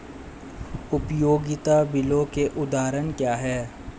उपयोगिता बिलों के उदाहरण क्या हैं?